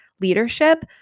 leadership